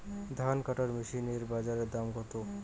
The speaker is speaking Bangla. ধান কাটার মেশিন এর বাজারে দাম কতো?